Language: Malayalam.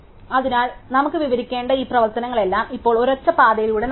അതിനാൽ നമുക്ക് വിവരിക്കേണ്ട ഈ പ്രവർത്തനങ്ങളെല്ലാം ഇപ്പോൾ ഒരൊറ്റ പാതയിലൂടെ നടക്കുന്നു